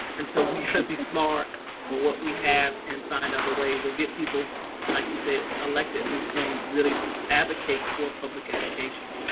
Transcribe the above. and so we gotta be smart with what we have and find other ways. we'll get people like you say, elected, who can really advocate for public education